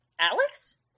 Alex